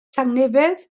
tangnefedd